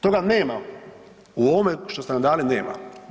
Toga nema u ovome što ste nam dali, nema.